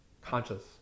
conscious